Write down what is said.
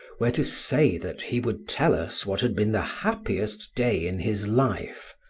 were to say that he would tell us what had been the happiest day in his life,